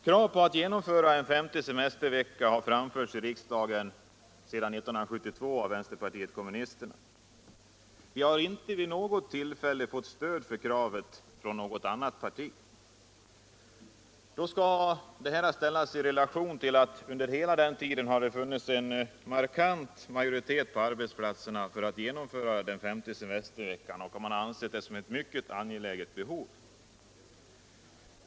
Krav på en femte semestervecka har framförts i riksdagen av vänsterpartiet kommunisterna sedan 1972. Vi har inte vid något tillfälle fått stöd för vårt krav från något annat parti. Detta skall ses i relation till att det under hela denna tid på arbetsplatserna har funnits en markant majoritet för genomförandet av den femte semesterveckan. Man har betraktat den såsom ett mycket angeläget behov.